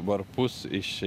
varpus iš